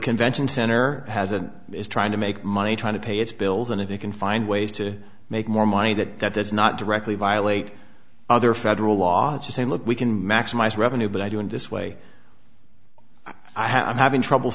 convention center has and is trying to make money trying to pay its bills and if they can find ways to make more money that that does not directly violate other federal laws to say look we can maximize revenue but i do in this way i have i'm having trouble